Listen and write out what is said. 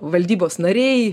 valdybos nariai